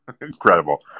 incredible